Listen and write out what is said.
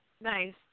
Nice